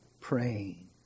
praying